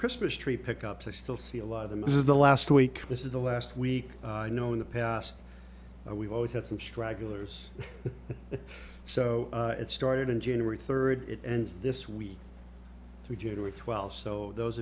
christmas tree pick ups i still see a lot of this is the last week this is the last week i know in the past we've always had some stragglers so it started in january third it ends this week we do it well so those